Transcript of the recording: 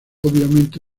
obviamente